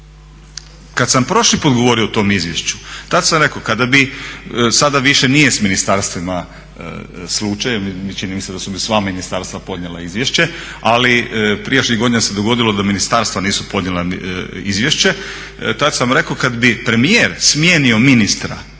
Kad sam prošli put govorio o tom izvješću tad sam rekao kada bi, sada više nije s ministarstvima slučaj, čini mi se da su sva ministarstva podnijela izvješće, ali prijašnjih godina se dogodilo da ministarstva nisu podnijela izvješće, tad sam rekao kad bi premijer smijenio ministra